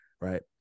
right